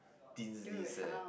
dean's list leh